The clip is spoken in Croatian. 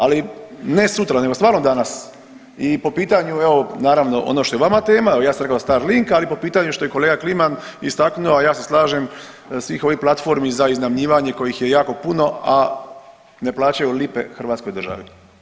Ali, ne sutra nego stvarno danas i po pitanju evo, naravno, ono što je vama tema, evo ja sam rekao Starlink, ali po pitanju što je kolega Kliman istaknuo, a ja se slažem, svih ovih platformi za iznajmljivanje kojih je jako puno, a ne plaćaju lipe hrvatskoj državi.